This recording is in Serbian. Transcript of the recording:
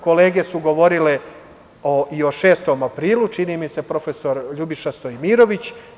Kolege su govorile i o 6. aprilu, čini mi se, prof. Ljubiša Stojmirović.